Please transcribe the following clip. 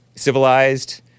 civilized